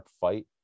fight